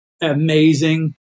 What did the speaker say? amazing